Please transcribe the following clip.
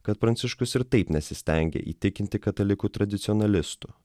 kad pranciškus ir taip nesistengė įtikinti katalikų tradicionalistų